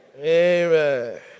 Amen